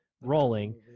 rolling